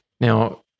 Now